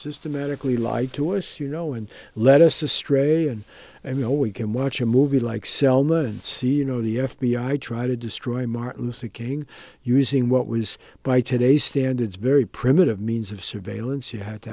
systematically lied to us you know and let us astray and and you know we can watch a movie like selma and see you know the f b i try to destroy martin luther king using what was by today's standards very primitive means of surveillance you had to